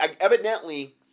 evidently